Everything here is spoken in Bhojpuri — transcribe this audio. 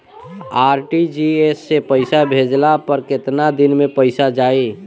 आर.टी.जी.एस से पईसा भेजला पर केतना दिन मे पईसा जाई?